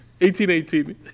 1818